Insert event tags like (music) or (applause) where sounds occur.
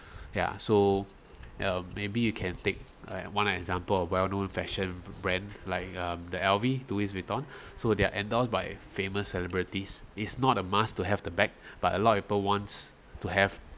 yeah so um maybe you can take one example a well known fashion brand like um the L_V Louis Vuitton (breath) so they're endorsed by famous celebrities is not a must to have the bag but a lot of people wants to have